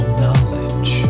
knowledge